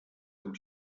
amb